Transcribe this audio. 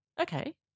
Okay